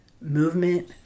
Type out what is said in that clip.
movement